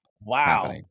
Wow